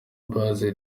base